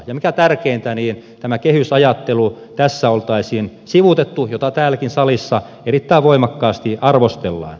ja mikä tärkeintä tämä kehysajattelu tässä olisi sivuutettu jota täällä salissakin erittäin voimakkaasti arvostellaan